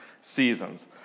seasons